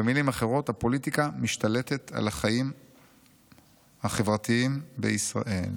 במילים אחרות: הפוליטיקה משתלטת על החיים החברתיים בישראל.